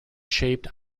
shaped